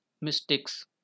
mistakes